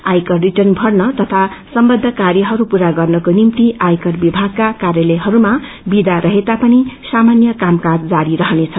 आयकर रिर्टन भर्न तथा सम्बद्ध कार्यहरू पूर गर्नको निम्ति आयकर विभागका कार्यालयहरूमा विदा रहेता पनि सामान्य कामकाज जारी रहनेछ